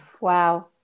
Wow